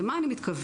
למה אני מתכוונת?